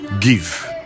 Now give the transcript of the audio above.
give